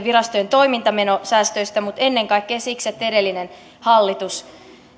virastojen toimintamenosäästöistä mutta ennen kaikkea siksi että edellinen hallitus